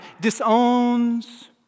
disowns